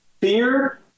Fear